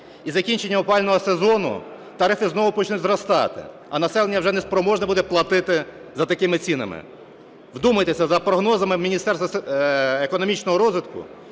на закінчення опалювального сезону тарифи почнуть зростати, а населення вже неспроможне буде платити за такими цінами. Вдумайтеся, за прогнозами Міністерства економічного розвитку